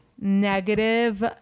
negative